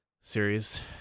series